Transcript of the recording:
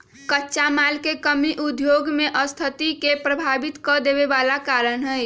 कच्चा माल के कमी उद्योग के सस्थिति के प्रभावित कदेवे बला कारण हई